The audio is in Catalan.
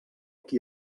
qui